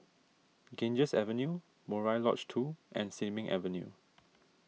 Ganges Avenue Murai Lodge two and Sin Ming Avenue